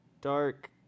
Dark